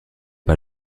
pas